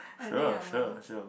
I think I will lose